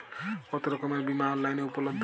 কতোরকমের বিমা অনলাইনে উপলব্ধ?